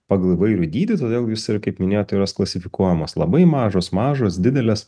pagal įvairių dydį todėl jūs ir kaip minėjot jos klasifikuojamos labai mažos mažos didelės